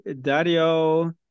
Dario